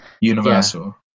Universal